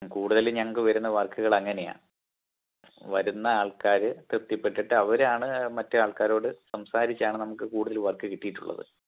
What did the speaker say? കൂടുതലും ഞങ്ങൾക്കു വരുന്ന വർക്കുകൾ അങ്ങനെയാ വരുന്നത് ആൾക്കാർ തൃപ്തിപ്പെട്ടിട്ട് അവരാണ് മറ്റേ ആൾക്കാരോട് സംസാരിച്ചാണ് നമുക്ക് കൂടുതലും വർക്ക് കിട്ടിയിട്ടുള്ളത്